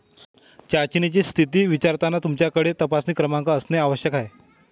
चाचणीची स्थिती विचारताना तुमच्याकडे तपासणी क्रमांक असणे आवश्यक आहे